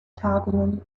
tagungen